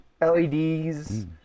LEDs